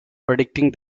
predicting